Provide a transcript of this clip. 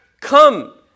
come